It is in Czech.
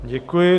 Děkuji.